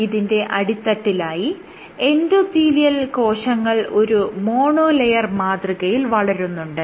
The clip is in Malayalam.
ഇതിന്റെ അടിത്തട്ടിലായി എൻഡോതീലിയൽ കോശങ്ങൾ ഒരു മോണോ ലെയർ മാതൃകയിൽ വളരുന്നുണ്ട്